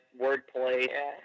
wordplay